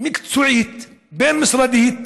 מקצועית בין-משרדית